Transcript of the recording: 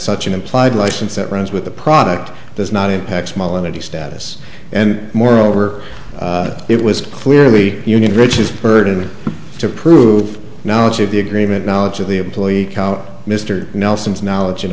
such an implied license that runs with the product does not impact small energy status and moreover it was clearly union rich's burden to prove knowledge of the agreement knowledge of the employee mr nelson's knowledge and